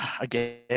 again